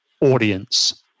audience